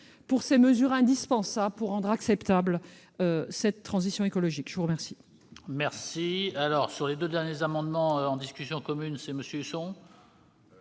pour ces mesures, indispensables pour rendre acceptable cette transition écologique. Quel